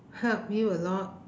help you a lot